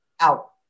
out